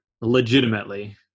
legitimately